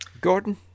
Gordon